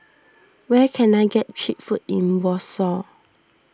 where can I get Cheap Food in Warsaw